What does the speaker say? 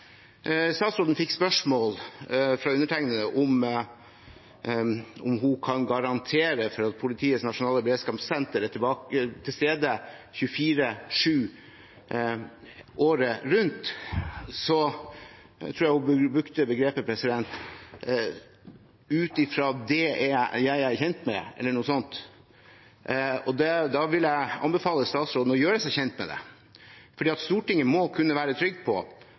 statsråden fikk spørsmål fra undertegnede om hun kan garantere for at Politiets nasjonale beredskapssenter er til stede 24-7 året rundt, tror jeg hun brukte begrepet «så vidt jeg er kjent med», eller noe sånt. Da vil jeg anbefale statsråden å gjøre seg kjent med det, for Stortinget må kunne være trygg på